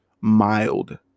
mild